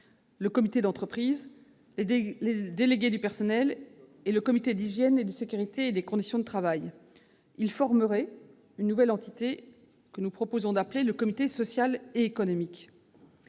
le comité d'entreprise, les délégués du personnel et le comité d'hygiène, de sécurité et des conditions de travail. Ces trois instances formeraient une nouvelle entité que nous proposons d'appeler le comité social et économique.